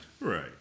Right